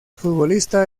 futbolista